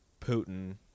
Putin